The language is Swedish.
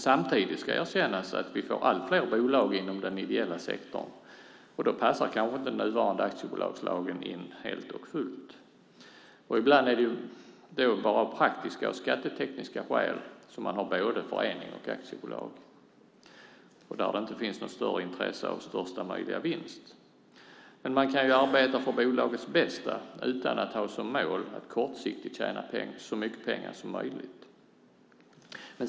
Samtidigt ska erkännas att vi får allt fler bolag inom den ideella sektorn, och då passar kanske inte den nuvarande aktiebolagslagen in helt och fullt. Ibland är det bara av praktiska och skattetekniska skäl som man har både förening och aktiebolag där det inte finns något intresse av största möjliga vinst. Man kan dock arbeta för bolagets bästa utan att ha som mål att kortsiktigt tjäna så mycket pengar som möjligt.